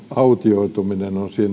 autioituminen on